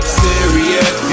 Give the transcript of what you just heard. serious